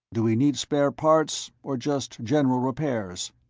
do we need spare parts? or just general repairs?